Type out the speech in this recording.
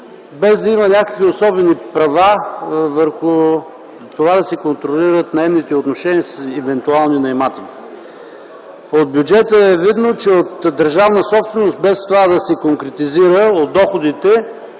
без да има някакви особени права да контролира наемните отношения с евентуалните наематели. От бюджета е видно, че от държавна собственост, без това да се конкретизира, с други